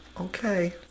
Okay